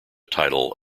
title